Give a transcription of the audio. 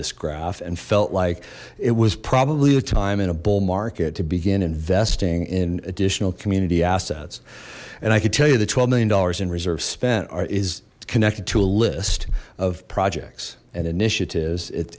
this graph and felt like it was probably a time in a bull market to begin investing in additional community assets and i could tell you the twelve million dollars in reserves spent or is connected to a list of projects and initiatives